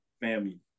family